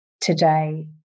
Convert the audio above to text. today